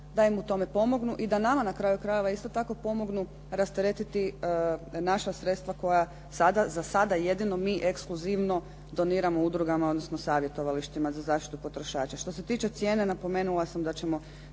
da im u tome pomogne i da nama na kraju krajeva isto tako pomognu rasteretiti naša sredstva koja sada, za sada jedino mi ekskluzivno doniramo udrugama odnosno savjetovalištima za zaštitu potrošača.